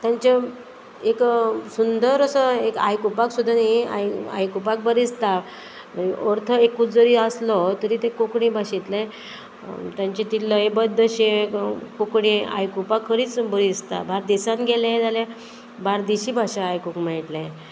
तेंचे एक सुंदर असो एक आयकुपाक सुद्दां न्ही आयकुपाक बरें दिसता अर्थ एकूच जरी आसलो तरी ते कोंकणी भाशेंतलें तेंचे ती लयबध्दशें कोंकणी आयकुपाक खरीच बरी दिसता बार्देसान गेलें जाल्यार बार्देशी भाशा आयकूंक मेळटलें